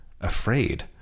afraid